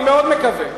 אני מאוד מקווה.